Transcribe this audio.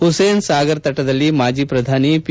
ಹುಸೇನ್ ಸಾಗರ್ ತಟದಲ್ಲಿ ಮಾಜಿ ಪ್ರಧಾನಿ ಪಿ